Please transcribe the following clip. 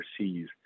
overseas